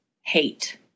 hate